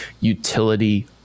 utility